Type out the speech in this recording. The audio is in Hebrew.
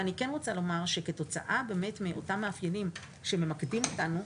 אני כן רוצה לומר שכתוצאה באמת מאותם מאפיינים שממקדים אותנו,